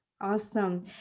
Awesome